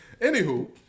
Anywho